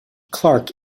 clarke